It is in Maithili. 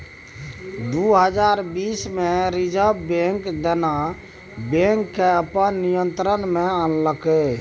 दु हजार बीस मे रिजर्ब बैंक देना बैंक केँ अपन नियंत्रण मे आनलकै